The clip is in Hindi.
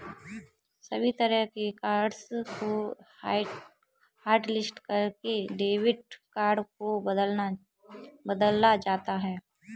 सभी तरह के कार्ड्स को हाटलिस्ट करके डेबिट कार्ड को बदला जाता है